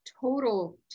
total